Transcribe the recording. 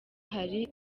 hari